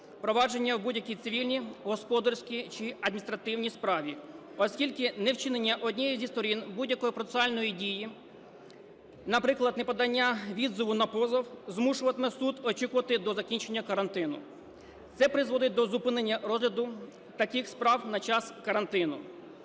провадження в будь-якій цивільній, господарській чи адміністративній справі, оскільки не вчинення однієї зі сторін будь-якої процесуальної дії, наприклад, неподання відзиву на позов, змушуватиме суд очікувати до закінчення карантину. Це призводить до зупинення розгляду таких справ на час карантину.